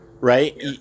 right